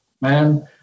man